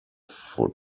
for